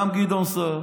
גם גדעון סער